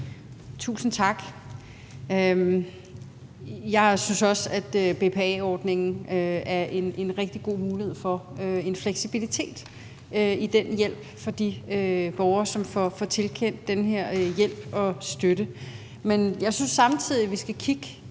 Tusind tak. Jeg synes også, at BPA-ordningen er en rigtig god mulighed for en fleksibilitet i den hjælp for de borgere, som får tilkendt den her hjælp og støtte.